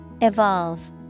Evolve